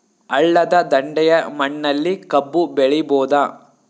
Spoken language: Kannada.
ಹಳ್ಳದ ದಂಡೆಯ ಮಣ್ಣಲ್ಲಿ ಕಬ್ಬು ಬೆಳಿಬೋದ?